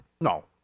No